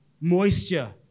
moisture